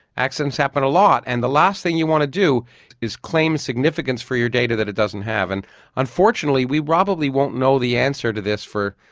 accidents happen a lot, and the last thing you want to do is claim significance for your data that it doesn't have. and unfortunately we probably won't know the answer to this for,